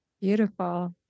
Beautiful